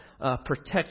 protect